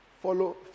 Follow